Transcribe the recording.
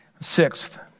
Sixth